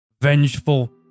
vengeful